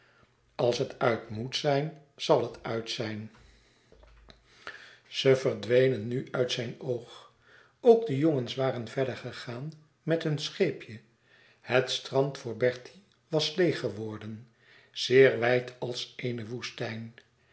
als het uit moet zijn zal het uit zijn ze verdwenen nu uit zijn oog ook de jongens waren verder gegaan met hun scheepje het strand voor bertie was leêg geworden zeer wijd als eene woestijn